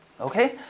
Okay